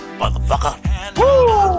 motherfucker